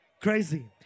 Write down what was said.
Crazy